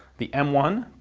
the m one,